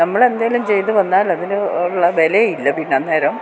നമ്മളെന്തേലും ചെയ്ത് വന്നാലതിന് ഉള്ള വിലയില്ല പിന്നെ അന്നേരം